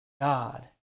God